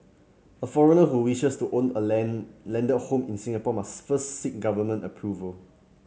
a foreigner who wishes to own a land landed home in Singapore must first seek government approval